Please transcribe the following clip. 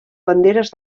banderes